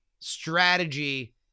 strategy